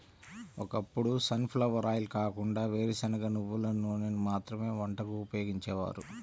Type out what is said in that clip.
ఒకప్పుడు sunflower oil కాకుండా వేరుశనగ, నువ్వుల నూనెను మాత్రమే వంటకు ఉపయోగించేవారు